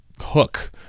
hook